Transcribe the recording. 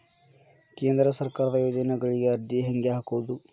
ಕೇಂದ್ರ ಸರ್ಕಾರದ ಯೋಜನೆಗಳಿಗೆ ಅರ್ಜಿ ಹೆಂಗೆ ಹಾಕೋದು?